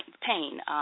pain